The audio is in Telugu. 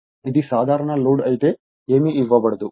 ఇది సాధారణ లోడ్ అయితే ఏమీ ఇవ్వబడదు